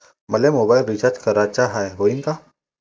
मले mobile recharge कराचा हाय, होईनं का?